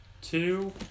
Two